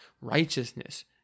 righteousness